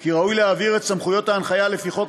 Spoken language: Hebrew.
כי ראוי להעביר את סמכויות ההנחיה לפי חוק